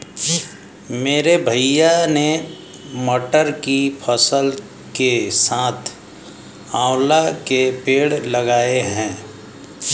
मेरे भैया ने मटर की फसल के साथ आंवला के पेड़ लगाए हैं